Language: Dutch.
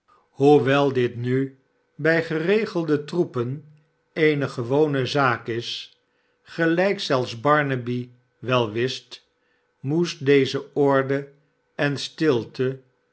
hoewel dit nu bij geregelde troepen eene gewone zaak is gelijk zelfs barnaby wel wist moest deze orde en stilte